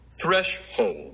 Threshold